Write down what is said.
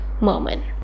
moment